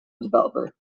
developer